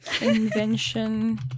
invention